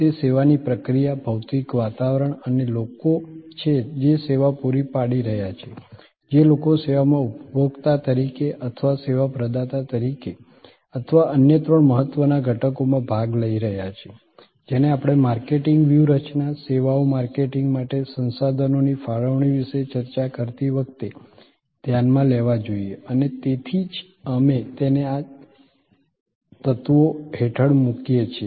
તે સેવાની પ્રક્રિયા ભૌતિક વાતાવરણ અને લોકો છે જે સેવા પૂરી પાડી રહ્યા છે જે લોકો સેવામાં ઉપભોક્તા તરીકે અથવા સેવા પ્રદાતા તરીકે અથવા અન્ય ત્રણ મહત્વના ઘટકોમાં ભાગ લઈ રહ્યા છે જેને આપણે માર્કેટિંગ વ્યૂહરચના સેવાઓ માર્કેટિંગ માટે સંસાધનોની ફાળવણી વિશે ચર્ચા કરતી વખતે ધ્યાનમાં લેવા જોઈએ અને તેથી જ અમે તેને આ તત્વો હેઠળ મૂકીએ છીએ